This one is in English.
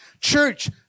Church